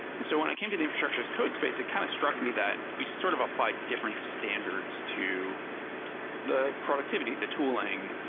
and so when i came to the infrastructure as code space, it kind of struck me that we just sort of applied different standards to the productivity, the tooling,